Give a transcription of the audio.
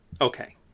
Okay